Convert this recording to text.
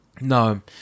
No